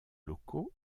locaux